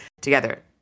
together